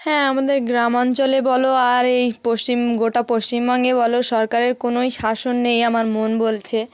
হ্যাঁ আমাদের গ্রামাঞ্চলে বল আর এই পশ্চিম গোটা পশ্চিমবঙ্গেই বল সরকারের কোনোই শাসন নেই আমার মন বলছে